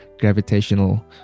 gravitational